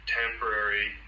temporary